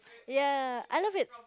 ya I love it